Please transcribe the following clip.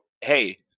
hey